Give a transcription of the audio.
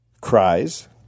Cries